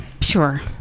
Sure